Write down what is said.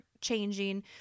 changing